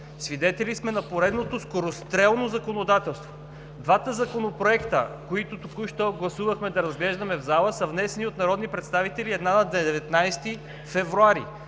Свидетели сме на поредното скорострелно законодателство. Двата законопроекта, които току-що гласувахме да разглеждаме в залата, са внесени от народни представители едва на 19 февруари.